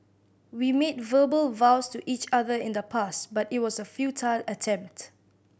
we made verbal vows to each other in the past but it was a futile attempt